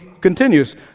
continues